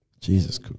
Jesus